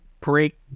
break